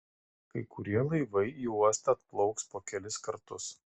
kai kurie laivai į uostą atplauks po kelis kartus